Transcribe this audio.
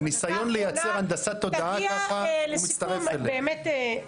הניסיון לייצר הנדסת תודעה --- אני אומר שוב,